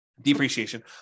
depreciation